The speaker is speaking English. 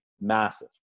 Massive